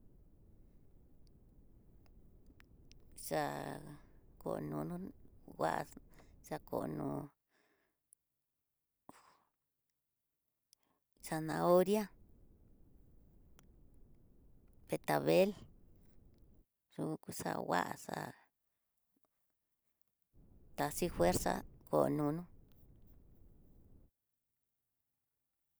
xa'a kono non nguá xakono zanahoria, betabel, xuyu xa nguaxa'a, taxi nguerza kó nono.